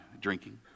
drinking